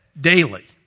Daily